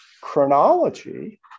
chronology